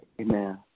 Amen